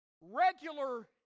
regular